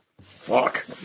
Fuck